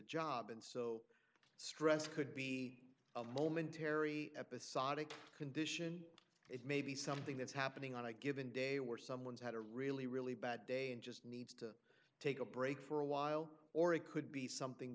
job and so stress could be a momentary episodic condition it may be something that's happening on a given day where someone's had a really really bad day and just need take a break for a while or it could be something